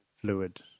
fluid